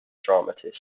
dramatist